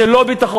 זה לא ביטחון.